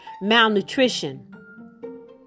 malnutrition